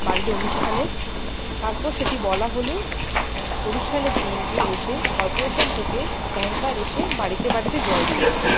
বাড়ির অনুষ্ঠানের তার পর সেটি বলা হলে অনুষ্ঠানের দিনকে এসে কর্পোরেশন থেকে ট্যাঙ্কার এসে বাড়িতে বাড়িতে জল দিয়ে যায়